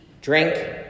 drink